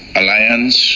alliance